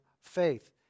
faith